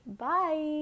bye